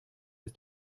ist